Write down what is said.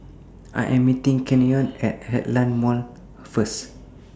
I Am meeting Canyon At Heartland Mall First